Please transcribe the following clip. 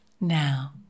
now